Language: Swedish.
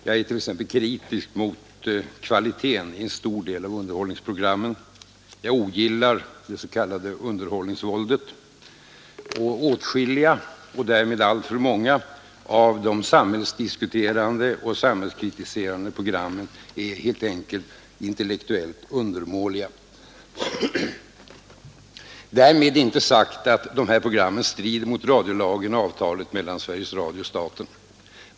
Jag är t.ex. kritisk mot kvaliteten i en stor del av underhållningsprogrammen, jag ogillar vidare det s.k. underhållningsvåldet, och åtskilliga — och därmed alltför många — av de samhällsdiskuterande och samhällskritiserande programmen är helt enkelt intellektuellt undermåliga. Därmed är dock inte sagt att dessa program strider mot radiolagen och avtalet mellan Sveriges Radio och staten.